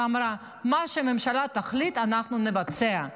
ואמרה: מה שהממשלה תחליט אנחנו נבצע,